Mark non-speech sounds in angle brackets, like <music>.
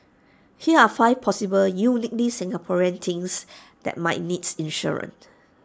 here are five possible uniquely Singaporean things that might needs <unintelligible>